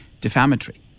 defamatory